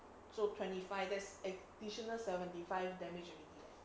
so twenty five there's ad~ additional seventy five damage already eh